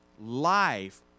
life